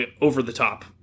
over-the-top